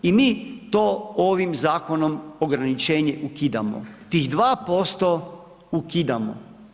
I mi to ovim zakonom ograničenje ukidamo tih 2% ukidamo.